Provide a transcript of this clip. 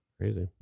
crazy